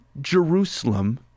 Jerusalem